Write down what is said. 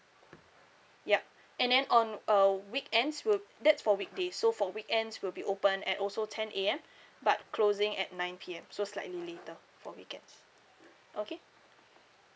ya and then on uh weekends we'll that's for weekdays so for weekends we'll be open at also ten A_M but closing at nine P_M so slightly later for weekends okay